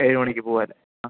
ഏഴു മണിക്ക് പോകാമല്ലേ ആ